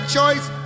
Choice